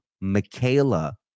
Michaela